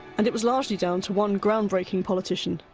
and it was largely down to one ground-breaking politician,